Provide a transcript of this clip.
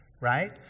right